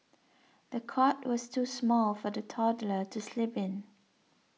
the cot was too small for the toddler to sleep in